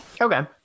Okay